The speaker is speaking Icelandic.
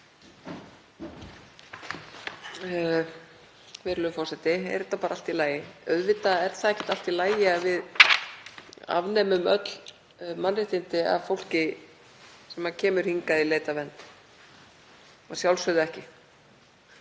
Virðulegur forseti. Er þetta bara allt í lagi? Auðvitað er það ekki í lagi að við afnemum öll mannréttindi fólks sem kemur hingað í leit að vernd, að sjálfsögðu ekki.